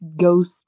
ghost